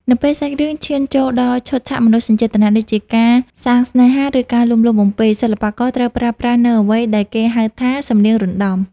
នៅពេលសាច់រឿងឈានចូលដល់ឈុតឆាកមនោសញ្ចេតនា ដូចជាការសាងស្នេហា ឬការលួងលោមបំពេរ សិល្បករត្រូវប្រើប្រាស់នូវអ្វីដែលគេហៅថា សំនៀងសណ្តំ។